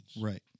Right